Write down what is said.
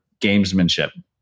gamesmanship